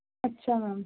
ਅੱਛਾ ਮੈਮ